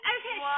okay